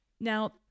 Now